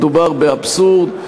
שמדובר באבסורד,